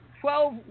Twelve